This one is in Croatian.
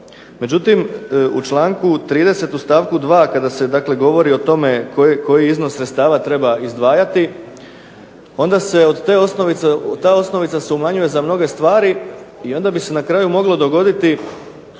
Međutim, u čl. 30. u stavku 2. kada se dakle govori o tome koji iznos sredstava treba izdvajati onda se od te osnovice, ta osnovica se umanjuje za mnoge stvari i onda bi se na kraju moglo dogoditi